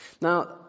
Now